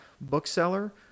bookseller